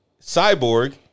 Cyborg